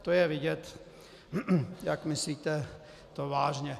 To je vidět, jak to myslíte vážně.